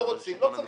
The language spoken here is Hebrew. לא רוצים, לא צריך.